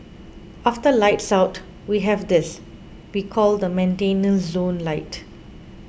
after lights out we have this we call the maintenance zone light